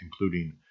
including